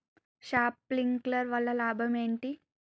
Sprinkler వల్ల లాభం ఏంటి?